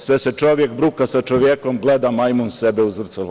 Sve se čovjek bruka sa čovjekom: gleda majmun sebe u zrcalo“